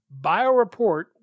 BIOREPORT